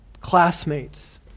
classmates